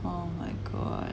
oh my god